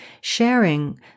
sharing